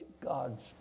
God's